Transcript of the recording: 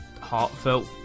heartfelt